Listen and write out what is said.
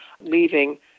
leaving